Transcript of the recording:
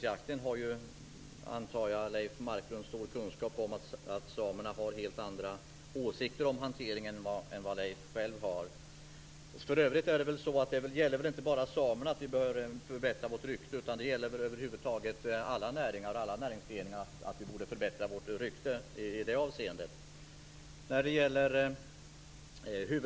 Jag antar att Leif Marklund har stor kunskap om att samerna har helt andra åsikter om hanteringen av småviltsjakten än vad Leif Marklund själv har. För övrigt bör vi nog förbättra vårt rykte inte bara bland samerna, utan bland alla näringar och alla näringsgrenar.